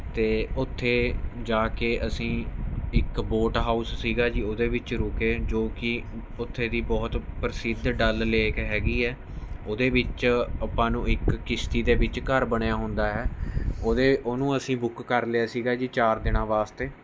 ਅਤੇ ਉੱਥੇ ਜਾ ਕੇ ਅਸੀਂ ਇੱਕ ਬੋਟ ਹਾਊਸ ਸੀਗਾ ਜੀ ਉਹਦੇ ਵਿੱਚ ਰੁਕੇ ਜੋ ਕੀ ਉੱਥੇ ਦੀ ਬਹੁਤ ਪ੍ਰਸਿੱਧ ਡੱਲ ਲੇਕ ਹੈਗੀ ਹੈ ਉਹਦੇ ਵਿੱਚ ਆਪਾਂ ਨੂੰ ਇੱਕ ਕਿਸ਼ਤੀ ਦੇ ਵਿੱਚ ਘਰ ਬਣਿਆ ਹੁੰਦਾ ਹੈ ਉਹਦੇ ਉਹਨੂੰ ਅਸੀਂ ਬੁੱਕ ਕਰ ਲਿਆ ਸੀਗਾ ਜੀ ਚਾਰ ਦਿਨਾਂ ਵਾਸਤੇ